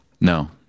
No